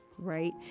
right